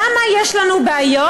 למה יש לנו בעיות.